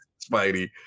Spidey